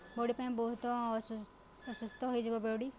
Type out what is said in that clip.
body ପାଇଁ ବହୁତ ଅସୁସ୍ଥ ହୋଇଯିବ ବଡି